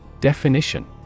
Definition